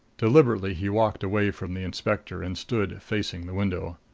deliberately he walked away from the inspector, and stood facing the window.